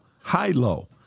high-low